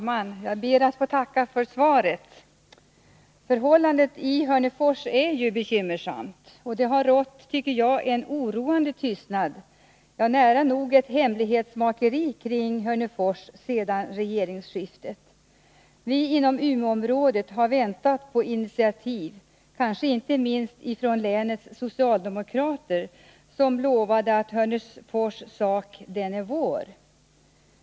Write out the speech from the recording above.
Herr talman! Jag ber att få tacka för svaret. Förhållandena i Hörnefors är bekymmersamma. Men det har sedan regeringsskiftet rått en oroande tystnad — ja, nära nog ett hemlighetsmakeri kring Hörnefors. Vi inom Umeåområdet har väntat på initiativ, kanske inte minst från länets socialdemokrater, som sade: Hörnefors sak är vår.